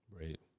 Right